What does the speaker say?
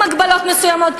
עם הגבלות מסוימות,